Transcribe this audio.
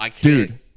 Dude